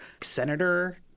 senator